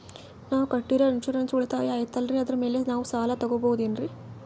ನಾವು ಕಟ್ಟಿರೋ ಇನ್ಸೂರೆನ್ಸ್ ಉಳಿತಾಯ ಐತಾಲ್ರಿ ಅದರ ಮೇಲೆ ನಾವು ಸಾಲ ತಗೋಬಹುದೇನ್ರಿ?